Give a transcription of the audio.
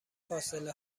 فاصله